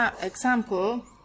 example